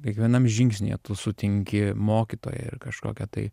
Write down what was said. kiekvienam žingsnyje tu sutinki mokytoją ir kažkokią tai